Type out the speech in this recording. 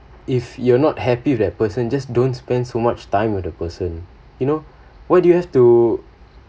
if you are not happy with that person just don't spend so much time with the person you know why do you have to